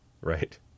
Right